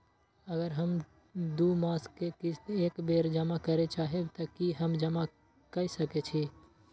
अगर हम दू मास के किस्त एक बेर जमा करे चाहबे तय की हम जमा कय सके छि?